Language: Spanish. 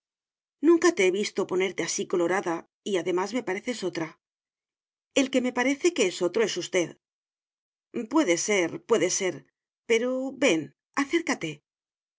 nunca te he visto ponerte así colorada y además me pareces otra el que me parece que es otro es usted puede ser puede ser pero ven acércate